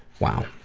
wow!